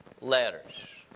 letters